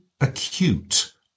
acute